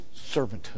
servanthood